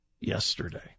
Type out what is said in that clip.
yesterday